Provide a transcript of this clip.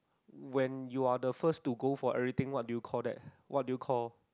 when you are the first to go for everything what do you call that what do you call